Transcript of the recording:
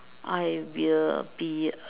I will be